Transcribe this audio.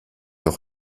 noch